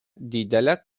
didelę